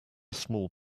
small